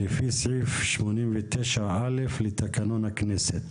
לפי סעיף 89(א) לתקנון הכנסת.